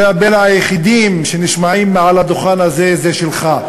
דברי הבלע היחידים שנשמעים מעל הדוכן הזה הם שלך,